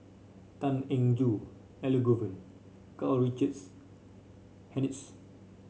Tan Eng Joo Elangovan Karl Richard Hanitsch